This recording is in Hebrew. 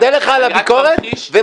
זה